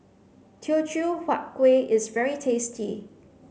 Teochew Huat Kuih is very tasty